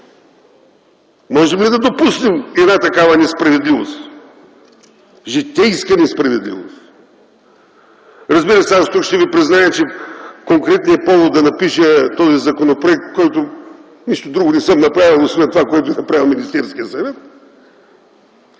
Можем ли да допуснем една такава несправедливост? Житейска несправедливост. Разбира се, аз тук ще ви призная, че конкретният повод да напиша този законопроект, в който нищо друго не съм направил освен това, което е направил Министерският съвет,